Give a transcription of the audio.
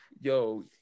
yo